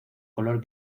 color